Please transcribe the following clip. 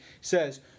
says